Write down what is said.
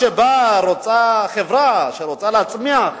חברה שרוצה להצמיח